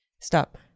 Stop